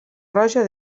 roja